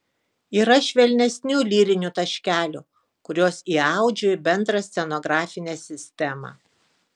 yra švelnesnių lyrinių taškelių kuriuos įaudžiu į bendrą scenografinę sistemą